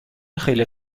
خیلی